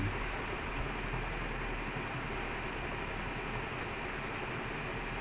he should stay there for at least one more season then move to a bit smaller club